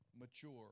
mature